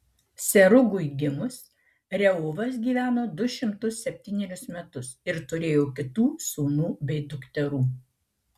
serugui gimus reuvas gyveno du šimtus septynerius metus ir turėjo kitų sūnų bei dukterų